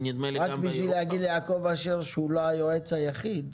רק בשביל להגיד ליעקב אשר שהוא לא היועץ היחיד,